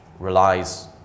relies